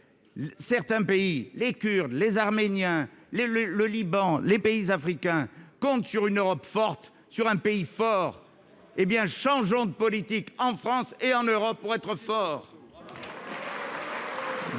certains pays, les Kurdes, les Arméniens, les le, le Liban, les pays africains comptent sur une Europe forte, sur un pays fort, hé bien changeons de politique en France et en Europe pour être fort.